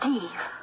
Steve